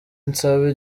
nsabe